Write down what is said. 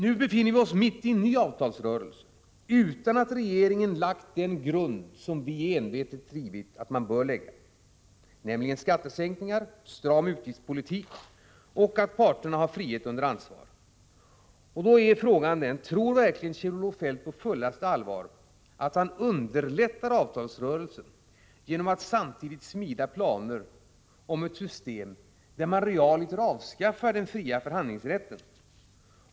Nu befinner vi oss mitt i en ny avtalsrörelse, utan att regeringen har lagt den grund som vi envetet framhållit att man bör lägga, nämligen skattesänkningar, en stram utgiftspolitik och frihet under ansvar för parterna. Då är frågan: Tror verkligen Kjell-Olof Feldt på fullaste allvar att han underlättar avtalsrörelsen genom att samtidigt smida planer om ett system, där man realiter avskaffar den fria förhandlingsrätten?